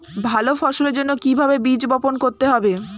ভালো ফসলের জন্য কিভাবে বীজ বপন করতে হবে?